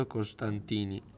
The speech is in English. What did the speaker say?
Costantini